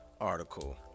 article